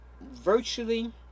virtually